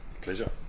Pleasure